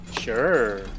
Sure